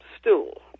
stool